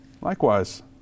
likewise